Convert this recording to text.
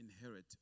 inherit